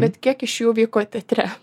bet kiek iš jų vyko teatre